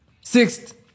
Sixth